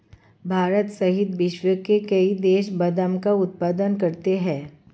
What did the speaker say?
भारत सहित विश्व के कई देश बादाम का उत्पादन करते हैं